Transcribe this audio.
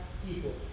people